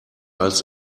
als